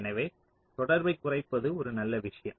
எனவே தொடர்பைக் குறைப்பது ஒரு நல்ல விஷயம்